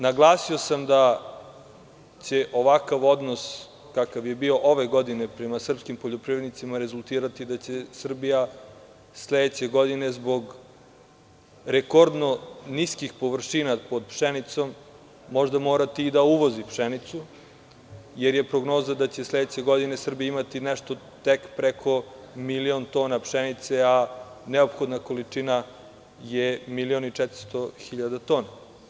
Naglasio sam da će ovakav odnos, kakav je bio ove godine prema srpskim poljoprivrednicima, rezultirati da će Srbija sledeće godine zbog rekordno niskih površina pod pšenicom možda morati i da uvozi pšenicu, jer je prognoza da će sledeće godine Srbija imati nešto tek preko milion tona pšenice, a neophodna količina je 1.400.000 tona.